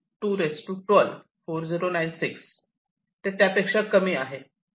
2 12 4096 ते त्यापेक्षा कमी आहे